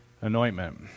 anointment